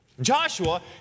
Joshua